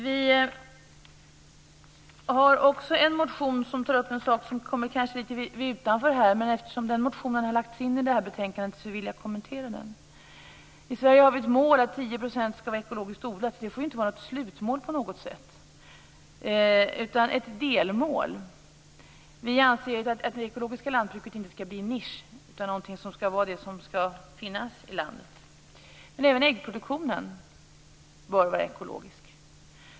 Vi har en motion där vi tar upp en sak som kanske kommer litet utanför ämnet, men eftersom den har behandlats i detta betänkande vill jag kommentera den. I Sverige har vi ett mål att 10 % av produktionen skall vara ekologiskt odlat. Det får inte vara ett slutmål, utan det skall vara ett delmål. Vi anser att det ekologiska lantbruket inte skall bli en nisch utan skall vara någonting som finns i landet. Även äggproduktionen bör vara ekologisk.